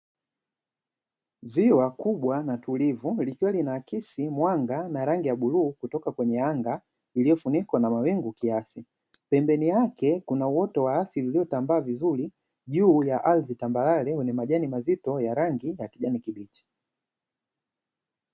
Ziwa kubwa na tulivu, likiwa linaakisi mwanga na rangi ya bluu, kutoka kwenye anga iliyofunikwa na mawingu kiasi. Pembeni yake kuna uoto wa asili uliotambaa vizuri juu ya ardhi tambarare, wenye majani mazito ya rangi ya kijani kibichi.